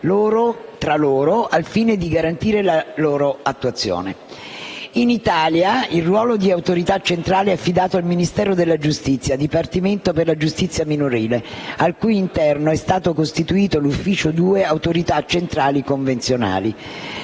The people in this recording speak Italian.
tra loro al fine di garantire la sua attuazione. In Italia, il ruolo di autorità centrale è affidato al Ministero della giustizia, Dipartimento per la giustizia minorile, al cui interno è stato costituito l'ufficio II - autorità centrali convenzionali.